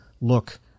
look